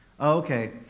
Okay